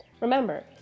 Remember